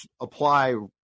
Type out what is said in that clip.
apply